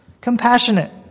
Compassionate